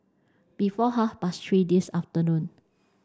before half past three this afternoon